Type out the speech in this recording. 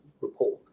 report